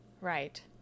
Right